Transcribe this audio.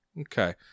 Okay